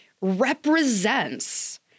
represents